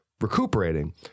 recuperating